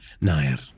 Nair